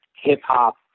Hip-hop